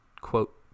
quote